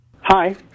Hi